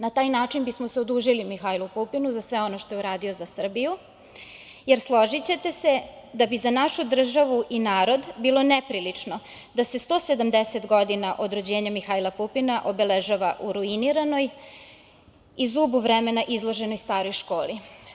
Na taj način bismo se odužili Mihajlu Pupinu za sve ono što je uradio za Srbiji, jer složićete se da bi za našu državu i narod bila neprilično da se 170 godina od rođenja Mihajla Pupina obeležava u ruiniranoj i zubu vremena izloženoj staroj školi.